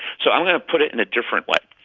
so i'm going to put it in a different way.